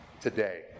today